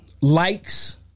likes